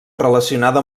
relacionada